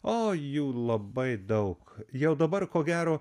o jų labai daug jau dabar ko gero